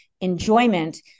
enjoyment